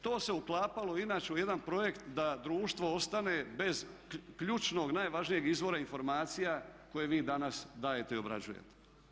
To se uklapalo inače u jedan projekt da društvo ostane bez ključnog najvažnijeg izvora informacija koje vi danas dajete i obrađujete.